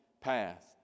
path